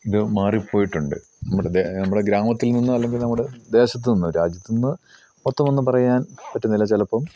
ഇത് മാറിപ്പോയിട്ടുണ്ട് നമ്മുടെ നമ്മുടെ ഗ്രാമത്തിൽ നിന്ന് അല്ലെങ്കിൽ നമ്മുടെ ദേശത്ത് നിന്ന് രാജ്യത്ത് നിന്ന് മൊത്തമൊന്ന് പറയാൻ പറ്റുന്നില്ല ചിലപ്പം